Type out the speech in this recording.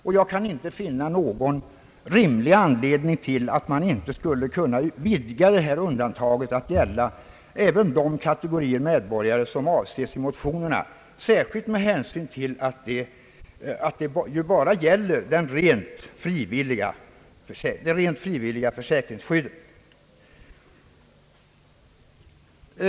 Och jag kan inte finna någon rimlig anledning till att man inte skulle kunna utvidga undantagen till att gälla även de kategorier medborgare som avses i motionerna, särskilt med tanke på att yrkandet ju bara gäller det rent frivilliga försäkringsskyddet.